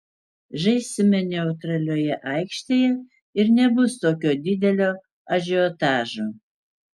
žaisime neutralioje aikštėje ir nebus tokio didelio ažiotažo